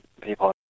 people